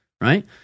right